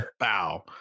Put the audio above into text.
Wow